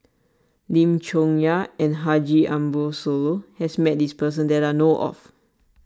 Lim Chong Yah and Haji Ambo Sooloh has met this person that I know of